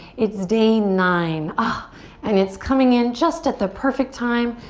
it's day nine ah and it's coming in just at the perfect time.